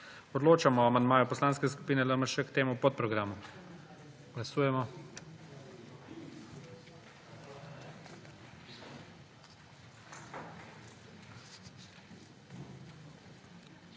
Odločamo o amandmaju Poslanske skupine LMŠ k temu podprogramu. Glasujemo.